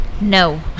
No